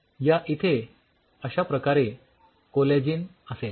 या इथे अश्या प्रकारे कोलॅजिन असेल